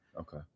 okay